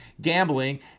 gambling